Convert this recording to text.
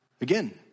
Again